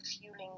fueling